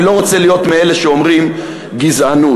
אני לא רוצה להיות מאלה שאומרים: גזענות.